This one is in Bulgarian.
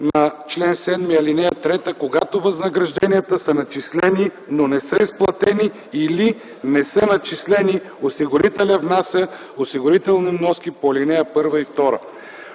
на чл. 7 ал. 3: „Когато възнагражденията са начислени, но не са изплатени или не са начислени, осигурителя внася осигурителни вноски по ал. 1 и 2”.